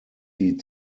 die